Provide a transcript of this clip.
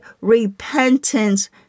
repentance